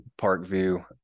Parkview